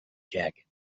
jacket